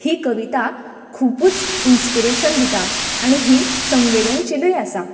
ही कविता खुबूच इन्स्पिरेशन दिता आनी ही संवेदनशिलूय आसा